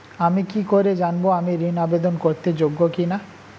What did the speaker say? আমি কি করে জানব আমি ঋন আবেদন করতে যোগ্য কি না?